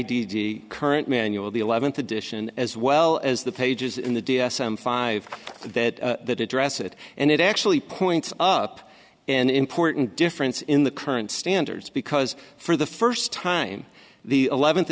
d d current manual the eleventh edition as well as the pages in the d s m five that address it and it actually points up an important difference in the current standards because for the first time the eleventh